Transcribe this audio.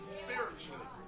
spiritually